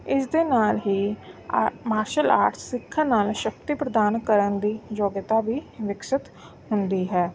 ਇਸ ਦੇ ਨਾਲ ਹੀ ਅ ਮਾਰਸ਼ਲ ਆਰਟ ਸਿੱਖਣ ਨਾਲ ਸ਼ਕਤੀ ਪ੍ਰਦਾਨ ਕਰਨ ਦੀ ਯੋਗਿਤਾ ਵੀ ਵਿਕਸਿਤ ਹੁੰਦੀ ਹੈ